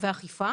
ואכיפה.